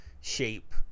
shape